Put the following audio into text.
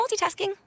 multitasking